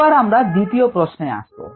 এবার আমরা দ্বিতীয় প্রশ্নে আসবো